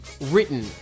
written